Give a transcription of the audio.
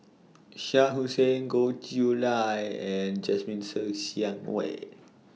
Shah Hussain Goh Chiew Lye and Jasmine Ser Xiang Wei